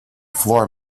floor